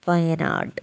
Wayanad